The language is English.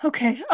Okay